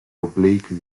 oblique